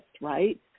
right